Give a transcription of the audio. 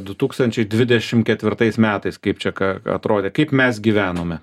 du tūkstančiai dvidešim ketvirtais metais kaip čia atrodė kaip mes gyvenome